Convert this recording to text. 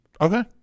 Okay